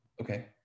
Okay